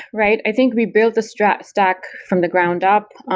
right? i think we built the stack stack from the ground up.